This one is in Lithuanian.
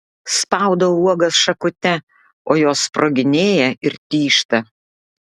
spaudau uogas šakute o jos sproginėja ir tyžta